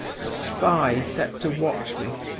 the spy set to watch me,